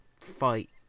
fight